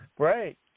right